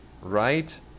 right